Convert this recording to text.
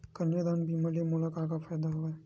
कन्यादान बीमा ले मोला का का फ़ायदा हवय?